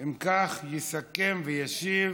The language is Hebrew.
אם כך, יסכם וישיב